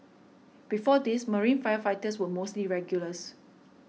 before this marine firefighters were mostly regulars